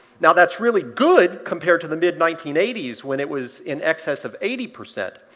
now, that's really good compared to the mid nineteen eighty s, when it was in excess of eighty percent,